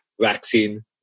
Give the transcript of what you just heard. vaccine